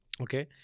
Okay